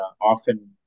often